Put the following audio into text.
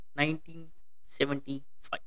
1975